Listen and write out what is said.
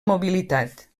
mobilitat